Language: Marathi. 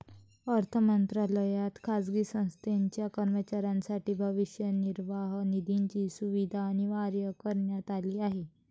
अर्थ मंत्रालयात खाजगी संस्थेच्या कर्मचाऱ्यांसाठी भविष्य निर्वाह निधीची सुविधा अनिवार्य करण्यात आली आहे